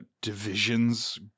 divisions